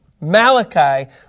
Malachi